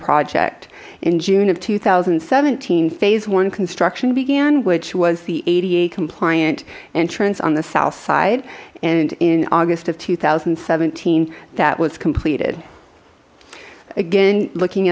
project in june of two thousand and seventeen phase one construction began which was the ad a compliant entrance on the south side and in august of two thousand and seventeen that was completed again looking